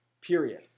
Period